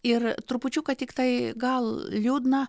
ir trupučiuką tiktai gal liūdna